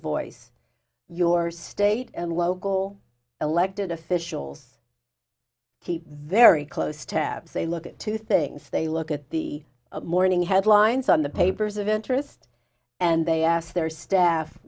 voice your state and local elected officials keep very close tabs they look at two things they look at the morning headlines on the papers of interest and they ask their staff